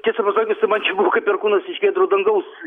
tiesą pasakius tai man čia kaip perkūnas iš giedro dangaus